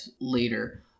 later